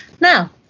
Now